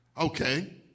okay